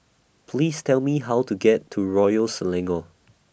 Please Tell Me How to get to Royal Selangor